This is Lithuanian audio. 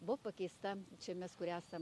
buvo pakeista čia mes kur esam